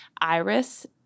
Iris